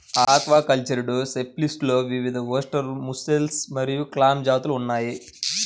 aquacultured షెల్ఫిష్లో వివిధఓస్టెర్, mussel మరియు క్లామ్ జాతులు ఉన్నాయి